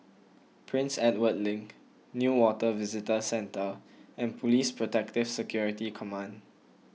Prince Edward Link Newater Visitor Centre and Police Protective Security Command